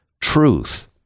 truth